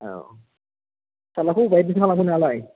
औ फिसाज्लाखौ बबेहाय एदिमसना लाखो नोंलाय